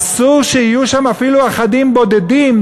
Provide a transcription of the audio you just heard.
אסור שיהיו שם אפילו אחדים בודדים,